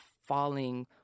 falling